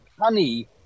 honey